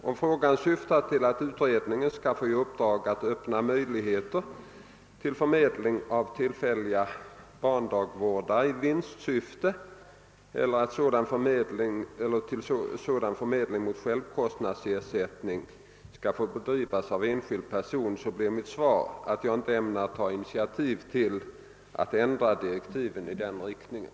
Om frågan syftär till att utredningen skall få i uppdrag att öppna möjligheter till förmedling av tillfälliga barndagvårdare i vinstsyfte eller att sådan förmedling mot självkostnadsersättning skall få bedrivas av enskild person, blir mitt svar att jag inte ämnar ta initiativ till att ändra direktiven i den riktningen.